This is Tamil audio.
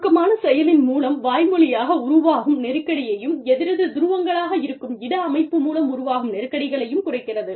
சுருக்கமான செயலின் மூலம் வாய்மொழியாக உருவாகும் நெருக்கடியையும் எதிரெதிர் துருவங்களாக இருக்கும் இட அமைப்பு மூலம் உருவாகும் நெருக்கடிகளையும் குறைக்கிறது